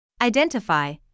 Identify